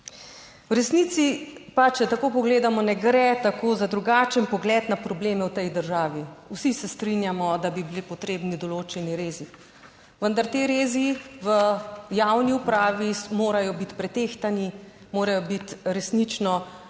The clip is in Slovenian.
V resnici pa, če tako pogledamo, ne gre tako za drugačen pogled na probleme v tej državi. Vsi se strinjamo, da bi bili potrebni določeni rezi, vendar ti rezi v javni upravi morajo biti pretehtani, morajo biti resnično primerno